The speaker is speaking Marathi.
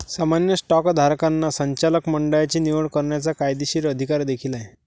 सामान्य स्टॉकधारकांना संचालक मंडळाची निवड करण्याचा कायदेशीर अधिकार देखील आहे